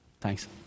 Thanks